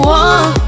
one